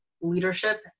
leadership